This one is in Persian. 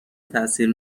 تاثیر